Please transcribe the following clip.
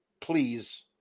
please